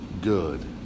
good